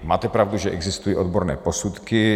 Máte pravdu, že existují odborné posudky.